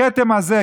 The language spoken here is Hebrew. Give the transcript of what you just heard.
הכתם הזה,